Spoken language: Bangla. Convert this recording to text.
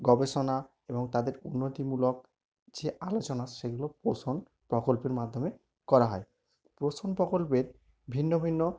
গবেষণা এবং তাদের উন্নতিমূলক যে আলোচনা সেগুলো পোষণ প্রকল্পের মাধ্যমে করা হয় পোষণ প্রকল্পের ভিন্ন ভিন্ন